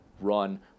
run